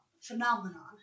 phenomenon